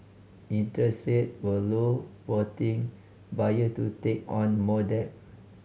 interest rate were low prompting buyer to take on more debt